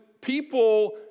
people